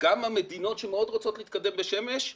גם המדינות שמאוד רוצות להתקדם בשמש,